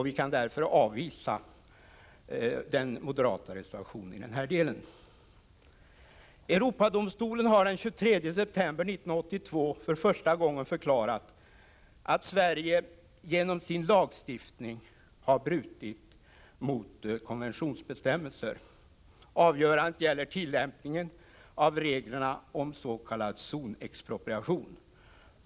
Vi kan därför avvisa den moderata reservationen i den här delen. Europadomstolen har den 23 september 1982 för första gången förklarat att Sverige genom sin lagstiftning har brutit mot konventionsbestämmelser. Avgörandet gällde tillämpningen av reglerna om s.k. zonexpropriation.